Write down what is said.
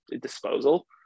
disposal